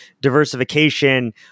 diversification